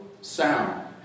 sound